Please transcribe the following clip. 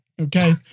Okay